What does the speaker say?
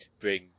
bring